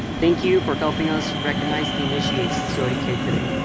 thank you for helping us recognize the initiates to odk today.